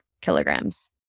kilograms